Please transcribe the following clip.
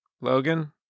Logan